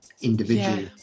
individual